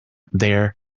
their